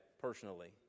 personally